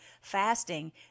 fasting